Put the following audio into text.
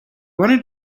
wanted